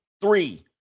three